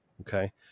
Okay